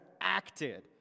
acted